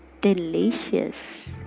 delicious